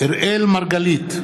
אראל מרגלית,